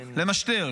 למשטר,